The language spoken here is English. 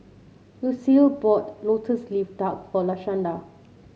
Lucile bought lotus leaf duck for Lashanda